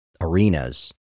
arenas